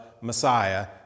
Messiah